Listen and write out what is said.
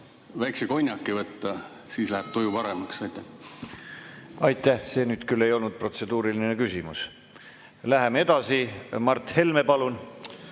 väikese konjaki võtta, siis läheb tuju paremaks. Aitäh! See nüüd küll ei olnud protseduuriline küsimus. Läheme edasi. Mart Helme, palun!